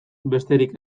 besterik